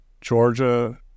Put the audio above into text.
Georgia